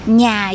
nhà